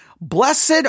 Blessed